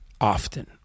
often